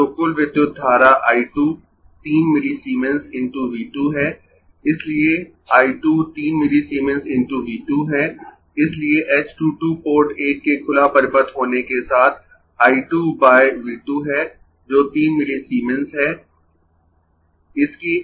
तो कुल विद्युत धारा I 2 3 मिलीसीमेंस × V 2 है इसलिए I 2 3 मिलीसीमेंस × V 2 है इसलिए h 2 2 पोर्ट 1 के खुला परिपथ होने के साथ I 2 बाय V 2 है जो 3 मिलीसीमेंस है